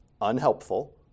unhelpful